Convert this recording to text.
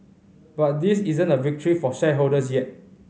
but this isn't a victory for shareholders yet